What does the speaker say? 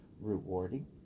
rewarding